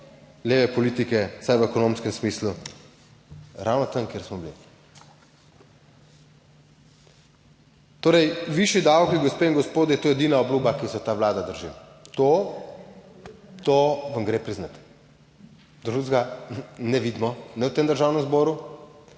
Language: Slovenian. leve politike, vsaj v ekonomskem smislu? Ravno tam, kjer smo bili. Torej, višji davki, gospe in gospodje, to je edina obljuba, ki se je ta Vlada drži, to vam gre priznati, drugega ne vidimo, ne v tem Državnem zboru